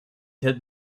had